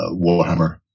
Warhammer